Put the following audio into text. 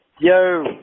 Yo